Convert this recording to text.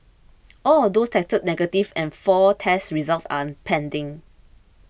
all of those tested negative and four test results are pending